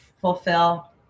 fulfill